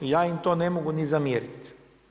I ja im to ne mogu ni zamjeriti.